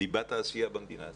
הם ליבת העשייה במדינה הזאת.